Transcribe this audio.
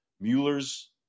Mueller's